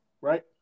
right